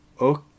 Okay